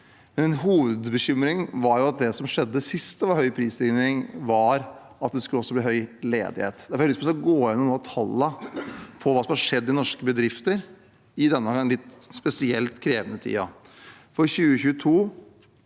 hovedbekymring med bakgrunn i det som skjedde sist det var høy prisstigning, var at det også skulle bli høy ledighet. Derfor har jeg lyst til å gå gjennom noen av tallene for hva som har skjedd i norske bedrifter i denne litt spesielt krevende tiden.